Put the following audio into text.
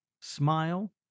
Smile